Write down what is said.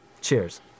Cheers